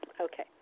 okay